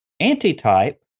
antitype